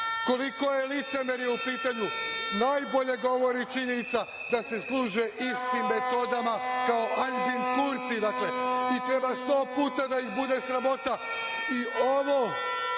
POKS-a. Koliko je licemerje u pitanju najbolje govori činjenica da se služe istim metodama kao Aljbin Kurti. Treba sto puta da ih bude sramota. Ovo